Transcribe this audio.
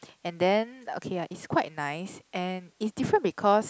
and then okay ah it's quite nice and it's different because